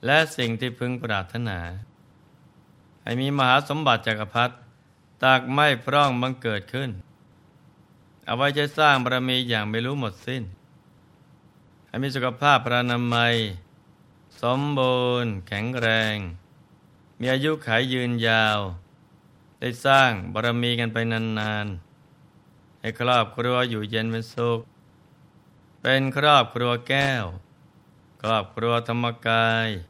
และสิ่งที่พึงปรารถนา ให้มีมหาสมบัติจักรพรรดิตากไม่พร่องบังเกิดขึ้น เอาไว้ใช้สร้างบารมีอย่างไม่รู้หมดสิ้น ให้มีสุขภาพพระนามัยสมบูรณ์แข็งแรง มีอายุขายยืนยาว ได้สร้างบารมีกันไปนานๆ ให้ครอบครัวอยู่เย็นเป็นสุข เป็นครอบครัวแก้ว ครอบครัวธรรมกาย